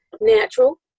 natural